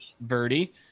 Verdi